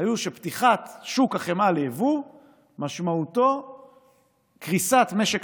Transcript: היו שפתיחת שוק החמאה ליבוא משמעותה קריסת משק